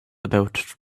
about